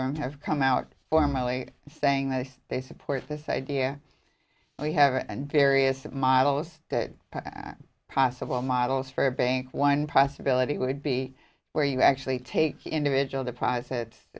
them have come out formally saying that they support this idea we have and various models that are possible models for a bank one possibility would be where you actually take individual deposit